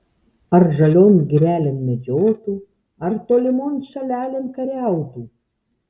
ar žalion girelėn medžiotų ar tolimon šalelėn kariautų